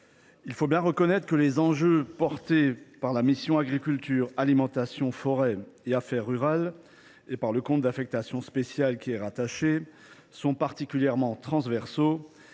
il faut bien reconnaître que les enjeux portés par la mission « Agriculture, alimentation, forêt et affaires rurales » et par le compte d’affectation spéciale qui y est rattaché sont particulièrement transversaux